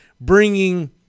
bringing